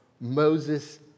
Moses